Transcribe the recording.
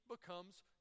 becomes